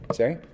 Sorry